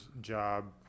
job